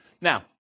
Now